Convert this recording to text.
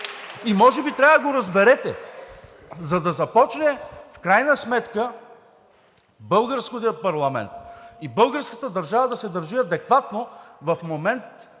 И може би трябва да го разберете, за да започне в крайна сметка българският парламент и българската държава да се държи адекватно в момент